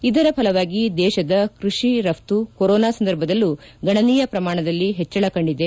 ಇದರ ಫಲವಾಗಿ ದೇಶದ ಕೃಷಿ ರಘ್ತು ಕೊರೊನಾ ಸಂದರ್ಭದಲ್ಲೂ ಗಣನೀಯ ಪ್ರಮಾಣದಲ್ಲಿ ಹಚ್ಚಳ ಕಂಡಿದೆ